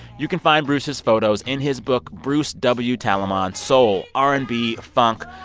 you can find bruce's photos in his book, bruce w. talamon soul. r and b. funk.